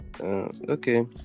okay